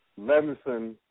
Levinson